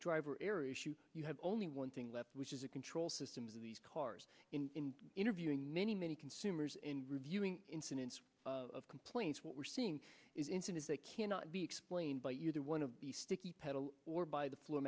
driver error issue you have only one thing left which is a control system of these cars in interviewing many many consumers in reviewing incidents of complaints what we're seeing is incentives that cannot be explained by either one of the sticky pedal or by the fl